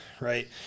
right